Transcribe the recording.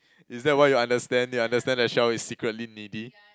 is that why you understand you understand that Chelle is secretly needy